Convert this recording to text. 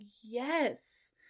yes